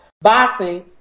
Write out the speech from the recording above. boxing